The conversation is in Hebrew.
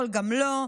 יכול גם לא,